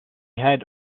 had